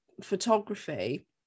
photography